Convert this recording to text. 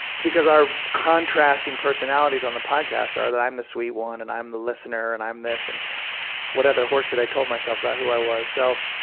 because our contrasting personalities on the podcast are that i'm the sweet one and i'm the listener and i'm this, and whatever horseshit i told myself about how i was. so,